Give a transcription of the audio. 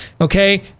okay